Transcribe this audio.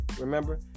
remember